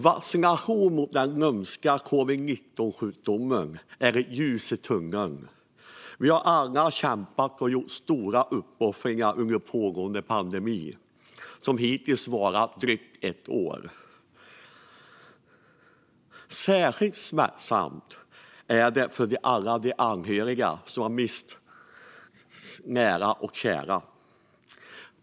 Vaccination mot den lömska covid-19-sjukdomen är ett ljus i tunneln. Vi har alla kämpat och gjort stora uppoffringar under pågående pandemi, som hittills varat i drygt ett år. Särskilt smärtsamt är det för alla de anhöriga som har mist nära och kära.